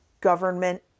government